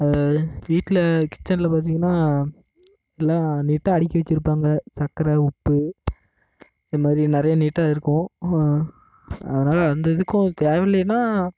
வீட்டில் கிச்சனில் பார்த்தீங்கன்னா எல்லா நீட்டாக அடுக்கி வச்சிருப்பாங்க சக்கரை உப்பு இது மாதிரி நிறைய நீட்டாக இருக்கும் அதனால் அந்த இதுக்கும் தேவை இல்லன்னா